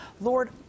Lord